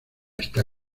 está